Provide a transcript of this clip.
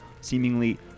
seemingly